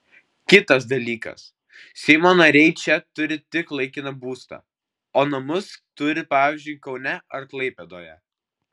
kitas dalykas seimo nariai čia turi tik laikiną būstą o namus turi pavyzdžiui kaune ar klaipėdoje